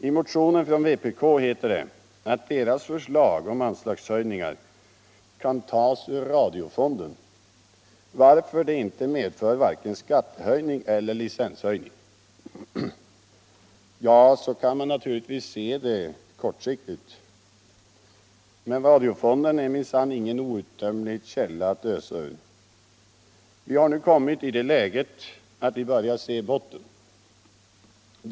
I motionen från vpk heter det att deras förslag om anslagshöjning kan bekostas med medel från radiofonden, varför det inte skulle medföra vare sig skattehöjning eller licenshöjning. Ja, så kan man naturligtvis se saken kortsiktigt. Men radiofonden är minsann ingen outtömlig källa alt Ösa ur. Vi har nu kommit i det läget att vi börjar skönja botten på fonden.